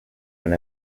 when